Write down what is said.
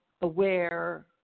aware